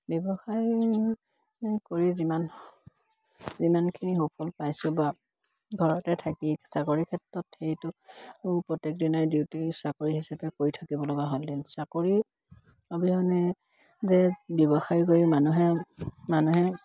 ব্যৱসায় কৰি যিমান যিমানখিনি সুফল পাইছোঁ বা ঘৰতে থাকি চাকৰি ক্ষেত্ৰত সেইটো প্ৰত্যেকদিনাই ডিউটি চাকৰি হিচাপে কৰি থাকিব লগা হ'লহেঁতেন চাকৰি অবিহনে যে ব্যৱসায় কৰি মানুহে